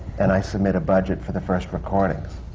and i submit a budget for the first recordings.